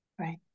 right